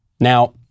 Now